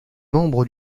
membres